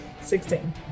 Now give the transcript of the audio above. Sixteen